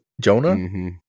Jonah